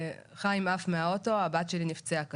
חיים עף מהאוטו, הבת שלי נפצעה קשה,